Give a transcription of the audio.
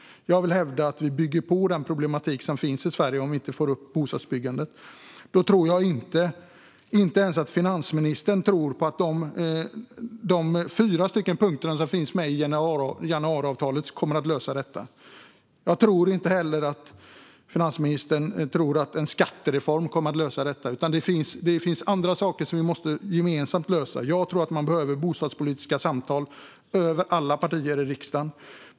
Jag vill hävda att vi bygger på de problem som finns i Sverige om bostadsbyggandet inte ökar. Jag tror inte att ens finansministern tror på att de fyra punkter som finns med i januariavtalet kommer att lösa detta. Jag tror inte heller att finansministern anser att en skattereform kommer att lösa problemet. Det finns andra saker som vi gemensamt måste lösa. Jag tycker att det behövs bostadspolitiska samtal med alla partier i riksdagen.